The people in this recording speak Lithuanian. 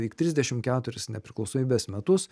tik trisdešimt keturis nepriklausomybės metus